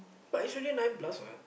but it's already nine plus what